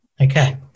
okay